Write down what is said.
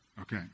Okay